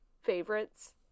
favorites